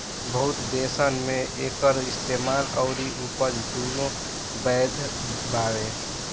बहुत देसन मे एकर इस्तेमाल अउरी उपज दुनो बैध बावे